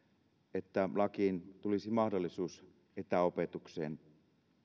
että lakiin tulisi mahdollisuus etäopetukseen